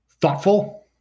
Thoughtful